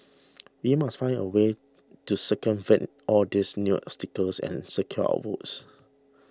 we must find a way to circumvent all these new obstacles and secure our votes